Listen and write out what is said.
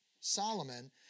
Solomon